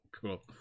cool